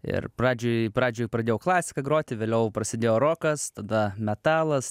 ir pradžioj pradžioj pradėjau klasiką groti vėliau prasidėjo rokas tada metalas